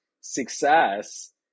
success